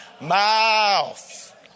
mouth